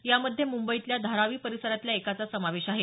यामध्ये मुंबईतल्या धारावी परिसरातल्या एकाचा समावेश आहे